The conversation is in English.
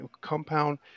compound